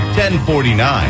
1049